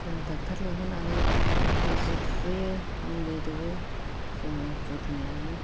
जों डाक्टार लेंहरनानै बिजि थुहोयो मुलि दौवो जोङो जोथोन लायो